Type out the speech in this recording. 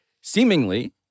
seemingly